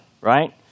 Right